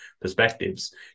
perspectives